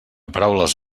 paraules